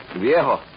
Viejo